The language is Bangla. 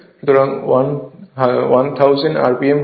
সুতরাং 1000 rpm হবে